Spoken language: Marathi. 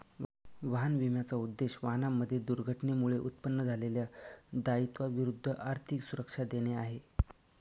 वाहन विम्याचा उद्देश, वाहनांमध्ये दुर्घटनेमुळे उत्पन्न झालेल्या दायित्वा विरुद्ध आर्थिक सुरक्षा देणे आहे